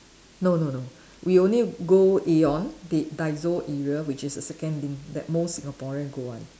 no no no we only go Aeon the Daiso area which is a second link that most Singaporean go one